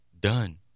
Done